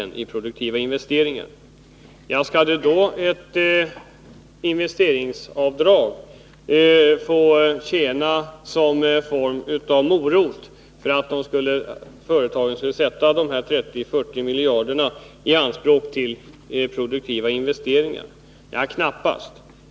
Kommer då investeringsavdragen att tjäna som någon form av morot för att företagen skall ta de här 30-40 miljarderna i anspråk till produktiva investeringar? Nej, knappast.